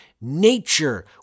Nature